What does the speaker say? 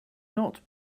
not